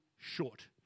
short